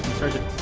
search it